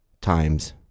times